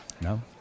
No